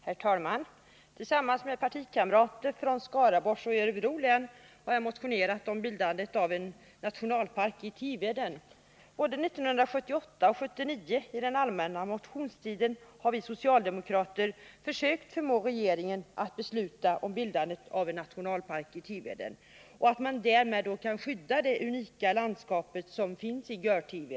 Herr talman! Tillsammans med partikamrater från Skaraborgs och Örebro län har jag motionerat om bildandet av en nationalpark i Tiveden. Både 1978 och 1979 har vi socialdemokrater under den allmänna motionstiden försökt förmå regeringen att besluta om bildandet av en nationalpark i Tiveden för att därmed skydda det unika landskap som finns i den s.k. Görtiven.